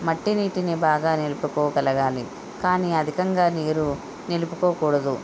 మట్టి నీటిని బాగా నిలుపుకోగలగాలి కానీ అధికంగా నీరు నిలుపుకోకూడదు